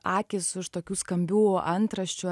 akys už tokių skambių antraščių